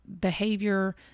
behavior